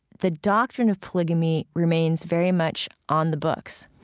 the doctrine of polygamy remains very much on the books.